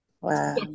wow